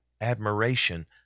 admiration